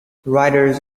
writers